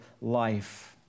life